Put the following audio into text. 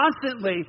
Constantly